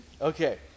Okay